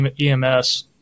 EMS